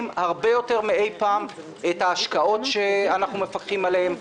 הרבה יותר מאי-פעם את ההשקעות שאנחנו מפקחים עליהן,